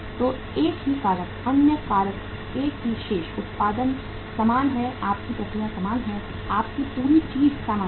तो एक ही कारक अन्य कारक एक ही शेष उत्पादन समान है आपकी प्रक्रियाएं समान हैं आपकी पूरी चीज समान है